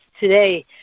today